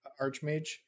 Archmage